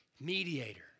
mediator